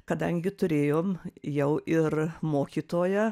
kadangi turėjom jau ir mokytoją